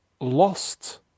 lost